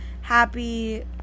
happy